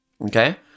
Okay